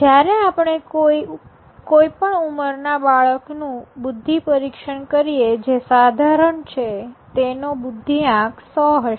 જ્યારે આપણે કોઈ પણ ઉંમરના બાળકનું બુદ્ધિ પરીક્ષણ કરીએ જે સાધારણ છે તેનો બુદ્ધિઆંક ૧૦૦ હશે